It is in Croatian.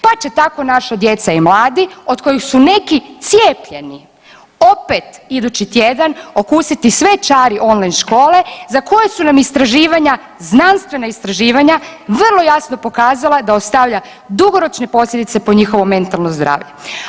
Pa će tako naša djeca i mladi od kojih su neki cijepljeni opet idući tjedan okusiti sve čari on-line škole za koju su nam istraživanja, znanstvena istraživanja vrlo jasno pokazala da ostavlja dugoročne posljedice po njihovo mentalno zdravlje.